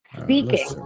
speaking